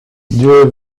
dieu